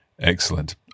Excellent